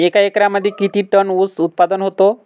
एका एकरमध्ये किती टन ऊस उत्पादन होतो?